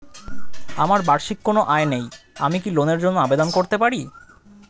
আমার বার্ষিক কোন আয় নেই আমি কি লোনের জন্য আবেদন করতে পারি?